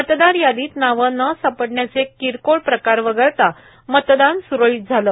मतदार यादीत नावं न सापडण्याचे किरकोळ प्रकार वगळता मतदान स्रळीत झाले